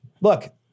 look